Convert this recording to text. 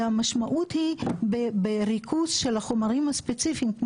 זה המשמעות בריכוז של החומרים הספציפיים.